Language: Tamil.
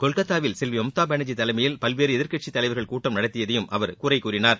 கொல்கத்தாவில் செல்வி மம்தா பானர்ஜி தலைமையில் பல்வேறு எதிர்கட்சி தலைவர்கள் கூட்டம் நடத்தியதையும் அவர் குறைகூறினார்